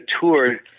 tour